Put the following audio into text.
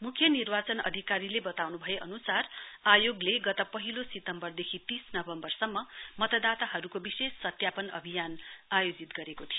मुख्य निर्वाचन अधिकारीले बताउनु भए अनुसार आयोगले गत पहिलो सितम्बरदेखि तीस नवम्वरसम्म मतदाताहरूको विशेष सत्यापन अभियान आयोजित गरिएको थियो